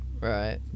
Right